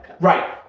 Right